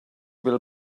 will